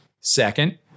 Second